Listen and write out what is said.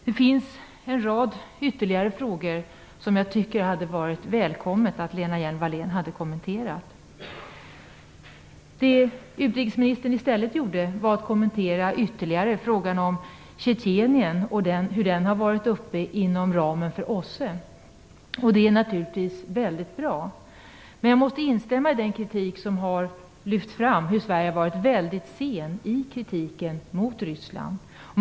Det finns en rad ytterligare frågor som jag tycker att det hade varit välkommet att Lena Hjelm-Wallén hade kommenterat. Det utrikesministern i stället gjorde var att ytterligare kommentera frågan om Tjetjenien och hur den har varit uppe inom ramen för OSSE. Det är naturligtvis väldigt bra. Men jag måste instämma i den kritik som har lyfts fram om att Sverige har varit väldigt sen i kritiken mot Ryssland.